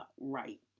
right